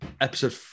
episode